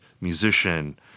musician